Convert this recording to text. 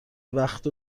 وقت